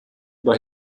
oder